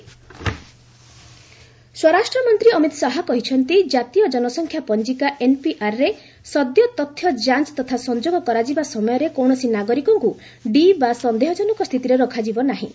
RS Amit Shah ସ୍ୱରାଷ୍ଟ୍ର ମନ୍ତ୍ରୀ ଅମିତ୍ ଶାହା କହିଛନ୍ତି କାତୀୟ ଜନସଂଖ୍ୟା ପଞ୍ଜିକା ଏନ୍ପିଆର୍ରେ ସଦ୍ୟ ତଥ୍ୟ ଯାଞ୍ଚ ତଥା ସଂଯୋଗ କରାଯିବା ସମୟରେ କୌଣସି ନାଗରିକଙ୍କୁ 'ଡି' ବା 'ସନ୍ଦେହଜନକ' ସ୍ଥିତିରେ ରଖାଯିବ ନାହିଁ